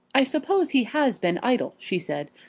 i suppose he has been idle, she said,